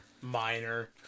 Minor